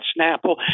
Snapple